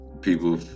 people